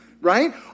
Right